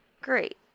Great